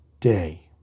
day